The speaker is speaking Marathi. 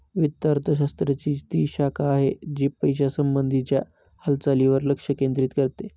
वित्त अर्थशास्त्र ची ती शाखा आहे, जी पैशासंबंधी च्या हालचालींवर लक्ष केंद्रित करते